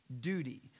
duty